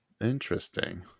Interesting